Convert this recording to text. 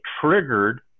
triggered